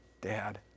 dad